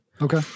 Okay